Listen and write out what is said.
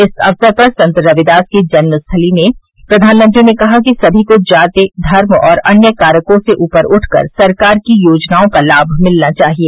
इस अवसर पर संत रविदास की जन्मस्थली में प्रधानमंत्री ने कहा कि सभी को जाति धर्म और अन्य कारकों से ऊपर उठकर सरकार की योजनाओं का लाभ मिलना चाहिए